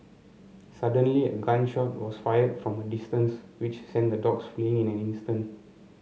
suddenly a gun shot was fired from a distance which sent the dogs fleeing in an instant